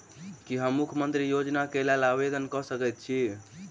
की हम मुख्यमंत्री योजना केँ लेल आवेदन कऽ सकैत छी?